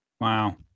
wow